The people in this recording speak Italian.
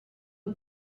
nel